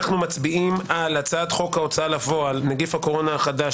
אנו מצביעים על הצעת חוק ההוצאה לפועל (נגיף הקורונה החדש,